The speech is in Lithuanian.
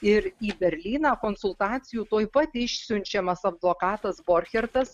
ir į berlyną konsultacijų tuoj pat išsiunčiamas advokatas borchertas